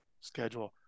schedule